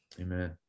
Amen